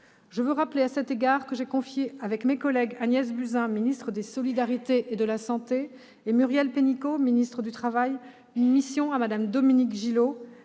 Je veux rappeler à cet égard que j'ai confié, avec mes collègues Agnès Buzyn, ministre des solidarités et de la santé, et Muriel Pénicaud, ministre du travail, une mission à Mme Dominique Gillot,